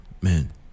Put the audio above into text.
man